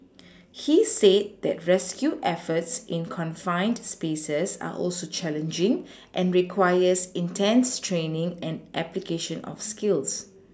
he said that rescue efforts in confined spaces are also challenging and requires intense training and application of skills